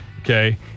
Okay